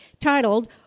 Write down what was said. titled